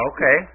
Okay